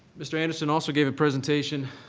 mr. anderson also gave a presentation